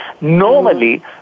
Normally